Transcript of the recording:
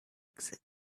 exit